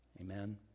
Amen